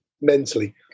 mentally